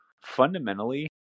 fundamentally